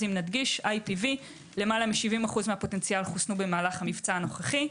IPV - מעל 70% מהפוטנציאל חוסנו במהלך המבצע הנוכחי.